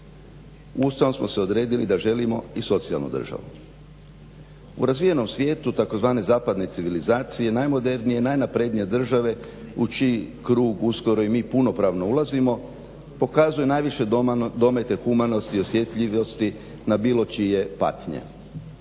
Ustavom smo se odredili da želimo i socijalnu državu. U razvijenom svijetu tzv. zapadne civilizacije najmodernija, najnaprednija države u čiji krug uskoro i mi punopravno ulazimo pokazuje najviše domete humanosti i osjetljivosti na bilo čije patnje.